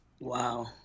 Wow